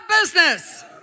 business